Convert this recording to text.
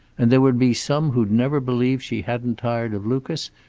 and there would be some who'd never believe she hadn't tired of lucas,